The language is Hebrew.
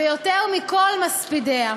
ויותר מכל מספידיה.